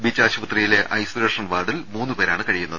beach ആശുപത്രി യിലെ isolation വാർഡിൽ മൂന്നു പേരാണ് കഴിയുന്നത്